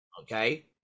okay